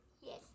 Yes